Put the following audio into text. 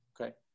okay